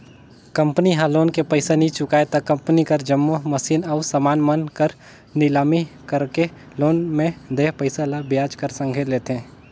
company ह loan के पइसा नी चुकाय त कंपनी कर जम्मो मसीन अउ समान मन कर लिलामी कइरके लोन में देय पइसा ल बियाज कर संघे लेथे